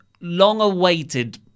long-awaited